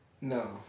No